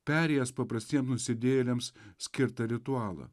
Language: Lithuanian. perėjęs paprastiem nusidėjėliams skirtą ritualą